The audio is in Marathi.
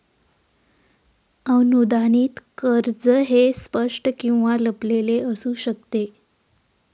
अनुदानित कर्ज हे स्पष्ट किंवा लपलेले असू शकते